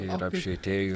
ir apšvietėjų